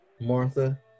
Martha